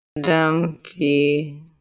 Dumpy